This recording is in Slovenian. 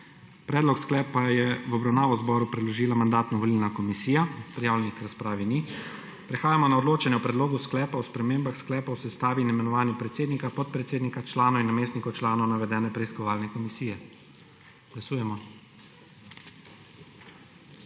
Predlog sklepa je v obravnavo zboru predložila Mandatno-volilna komisija. Prijavljenih k razpravi ni. Prehajamo na odločanje o Predlogu sklepa o spremembah sklepa o sestavi in imenovanju predsednika, podpredsednika, članov in namestnikov članov navedene preiskovalne komisije. Glasujemo.